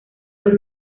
los